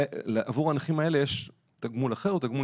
עבור הנכים האלה יש תגמול אחר או תגמול